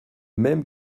même